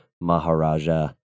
Maharaja